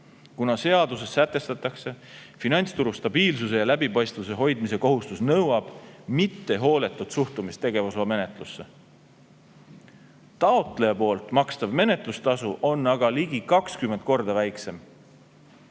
kuna seaduses sätestatakse: finantsturu stabiilsuse ja läbipaistvuse hoidmise kohustus nõuab mittehooletut suhtumist tegevusloa menetlusse. Taotleja makstav menetlustasu on aga ligi 20 korda väiksem.